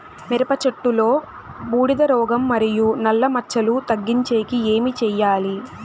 మిరప చెట్టులో బూడిద రోగం మరియు నల్ల మచ్చలు తగ్గించేకి ఏమి చేయాలి?